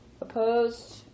Opposed